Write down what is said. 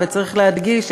וצריך להדגיש,